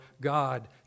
God